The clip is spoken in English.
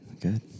good